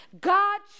God